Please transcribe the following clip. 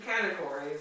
categories